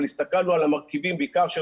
אבל הסתכלנו על המרכיבים בעיקר של